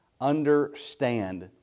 understand